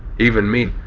even me